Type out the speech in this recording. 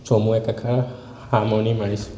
চমু একাষাৰ সামৰণি মাৰিছোঁ